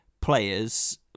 players